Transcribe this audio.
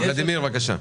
ולדימיר, בבקשה.